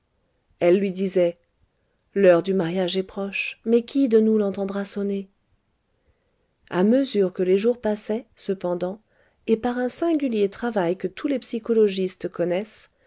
elle lui disait l'heure du mariage est proche mais qui de nous l'entendra sonner a mesure que les jours passaient cependant et par un singulier travail que tous les psychologistes connaissent